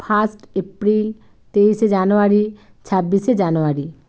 first April তেইশে জানুয়ারি ছাব্বিশে জানুয়ারি